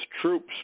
troops